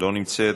לא נמצאת,